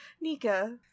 Nika